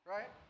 Right